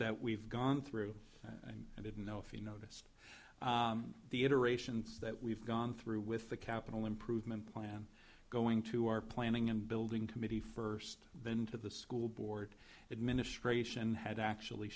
that we've gone through and i didn't know if you noticed the iterations that we've gone through with the capital improvement plan going to our planning and building committee first then to the school board administration had actually